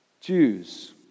Jews